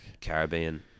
Caribbean